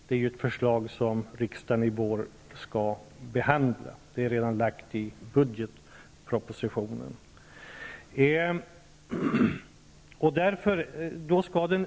Det är ett förslag som är framlagt i budgetpropositionen och som riksdagen i vår skall behandla.